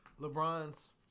LeBron's